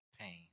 pain